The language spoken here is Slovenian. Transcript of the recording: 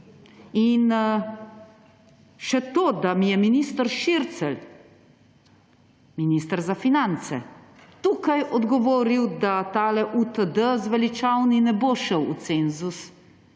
In še to, da mi je minister Šircelj, minister za finance, tukaj odgovoril, da tale UTD zveličavni ne bo šel v cenzus,